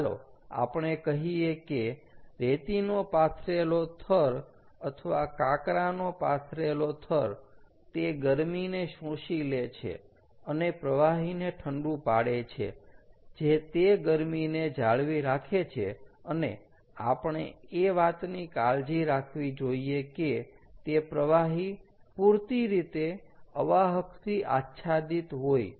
ચાલો આપણે કહીએ કે રેતીનો પાથરેલો થર અથવા કાંકરાનો પાથરેલો થર તે ગરમીને શોષી લે છે અને પ્રવાહીને ઠંડુ પાડે છે જે તે ગરમીને જાળવી રાખે છે અને આપણે એ વાતની કાળજી રાખવી જોઈએ કે તે પ્રવાહી પૂરતી રીતે અવાહકથી આચ્છાદિત હોય